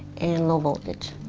and low-voltage.